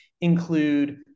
include